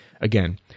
Again